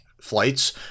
flights